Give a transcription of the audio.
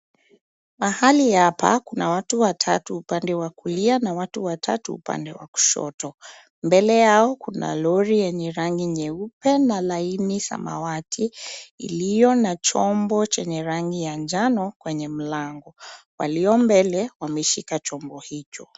Mahali hapa kuna watu watatu upande wa kulia na watu watatu upande wa kushoto. Mbele yao kuna lori yenye rangi nyeupe na laini samawati iliyo na chombo chenye rangi ya njano kwenye mlango. Walio mbele wameshika chombo hicho.